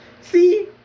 see